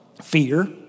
Fear